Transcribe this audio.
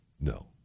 No